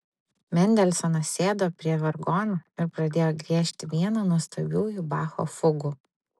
mendelsonas sėdo prie vargonų ir pradėjo griežti vieną nuostabiųjų bacho fugų